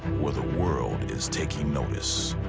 where the world is taking notice.